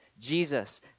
Jesus